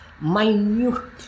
minutely